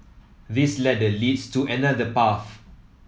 this ladder leads to another path